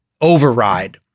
override